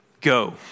Go